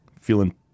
feeling